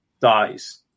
dies